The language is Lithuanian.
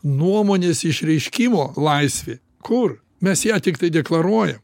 nuomonės išreiškimo laisvė kur mes ją tiktai deklaruoja